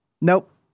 Nope